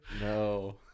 No